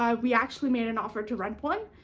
ah we actually made an offer to rent one,